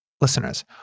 Listeners